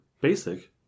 basic